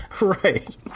Right